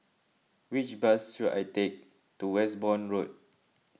which bus should I take to Westbourne Road